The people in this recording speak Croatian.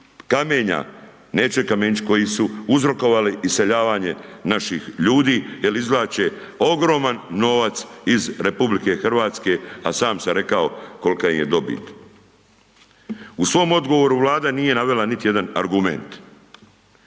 kamenja, neće kamenčić, koji su uzrokovali iseljavanje naših ljudi, jer izvlače ogroman novac iz RH, a sam sam rekao kolika im je dobit. U svom odgovoru Vlada nije navela niti jedan argument